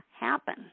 happen